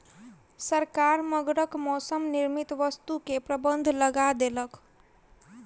सरकार मगरक मौसक निर्मित वस्तु के प्रबंध लगा देलक